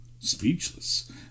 speechless